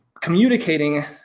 communicating